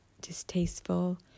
distasteful